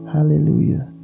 Hallelujah